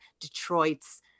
Detroit's